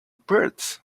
birds